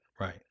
right